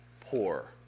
poor